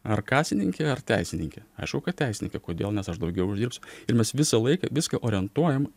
ar kasininkė ar teisininkė aišku kad teisininkė kodėl nes aš daugiau uždirbsiu ir mes visą laiką viską orientuojam